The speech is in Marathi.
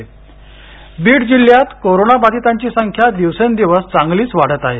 बीड कोरोना बीड जिल्ह्यात कोरोनाबाधितांची संख्या दिवसेंदिवस चांगलाच वाढत आहे